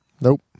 Nope